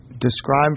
describe